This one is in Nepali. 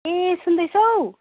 ए सुन्दैछौ